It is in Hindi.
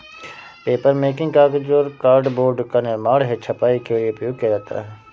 पेपरमेकिंग कागज और कार्डबोर्ड का निर्माण है छपाई के लिए उपयोग किया जाता है